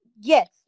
yes